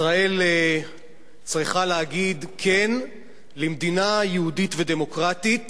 ישראל צריכה להגיד כן למדינה יהודית ודמוקרטית